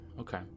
okay